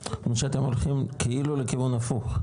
זאת אומרת שאתם הולכים כאילו לכיוון הפוך?